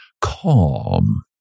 calm